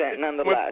nonetheless